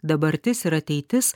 dabartis ir ateitis